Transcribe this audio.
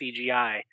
CGI